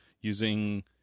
using